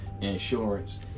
Insurance